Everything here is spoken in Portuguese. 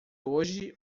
hoje